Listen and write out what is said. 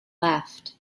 left